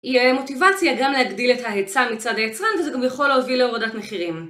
יהיה מוטיבציה גם להגדיל את ההיצע מצד היצרן וזה גם יכול להוביל להורדת מחירים